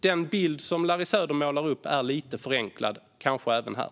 Den bild som Larry Söder målar upp är lite förenklad kanske även här.